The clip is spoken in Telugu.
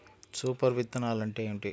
సూపర్ విత్తనాలు అంటే ఏమిటి?